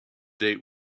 date